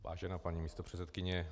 Vážená paní místopředsedkyně.